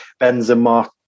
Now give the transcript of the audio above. Benzema